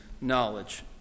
knowledge